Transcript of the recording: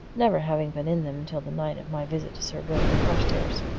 never having been in them till the night of my visit to sir gilbert carstairs.